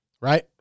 right